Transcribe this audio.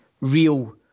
real